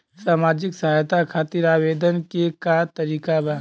सामाजिक सहायता खातिर आवेदन के का तरीका बा?